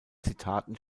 zitaten